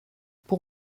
pour